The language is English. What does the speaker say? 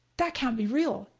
that can't be real,